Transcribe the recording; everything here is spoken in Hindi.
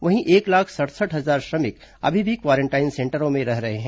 वहीं एक लाख सड़सठ हजार श्रमिक अभी भी क्वारेंटाइन सेंटरों में रह रहे हैं